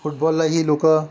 फुटबॉललाही लोक